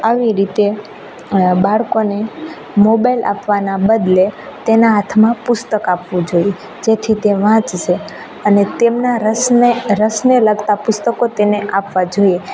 આવી રીતે બાળકોને મોબાઈલ આપવાના બદલે તેના હાથમાં પુસ્તક આપવું જોઈએ જેથી તે વાંચશે અને તેમના રસને રસને લગતા પુસ્તકો તેને આપવા જોઈએ